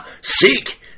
Seek